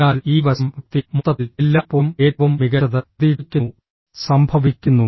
അതിനാൽ ഈ വശംഃ വ്യക്തി മൊത്തത്തിൽ എല്ലായ്പ്പോഴും ഏറ്റവും മികച്ചത് പ്രതീക്ഷിക്കുന്നു സംഭവിക്കുന്നു